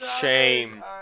Shame